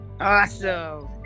awesome